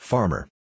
Farmer